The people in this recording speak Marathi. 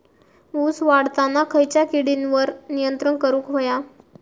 ऊस वाढताना खयच्या किडींवर नियंत्रण करुक व्हया?